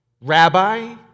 Rabbi